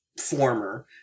Former